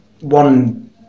one